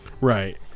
Right